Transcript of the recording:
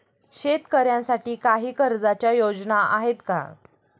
शेतकऱ्यांसाठी काही कर्जाच्या योजना आहेत का?